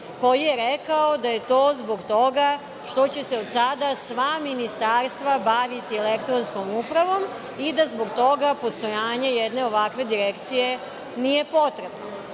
koji je rekao da je to zbog toga što će se od sada sva ministarstva baviti elektronskom upravom i da zbog toga postojanje jedne ovakve direkcije nije potrebno.